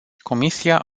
comisia